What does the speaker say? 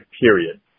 period